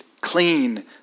clean